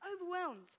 overwhelmed